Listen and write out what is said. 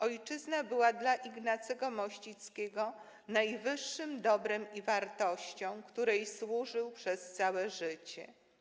Ojczyzna była dla Ignacego Mościckiego najwyższym dobrem i wartością, której służył przez całe życie.